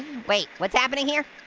wait, what's happening here?